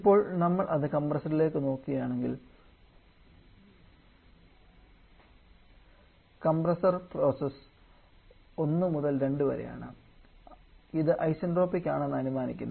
ഇപ്പോൾ നമ്മൾ കംപ്രസ്സറിലേക്ക് നോക്കുകയാണെങ്കിൽ കംപ്രസ്സർ പ്രോസസ്സ് 1 മുതൽ 2 വരെയാണ് ഇത് ഐസന്റ്രോപിക് ആണെന്ന് അനുമാനിക്കുന്നു